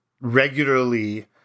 regularly